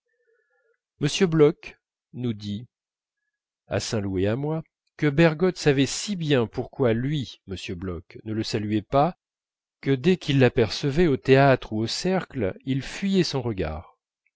m bloch nous dit à saint loup et à moi que bergotte savait si bien pourquoi lui m bloch ne le saluait pas que dès qu'il l'apercevait au théâtre ou au cercle il fuyait son regard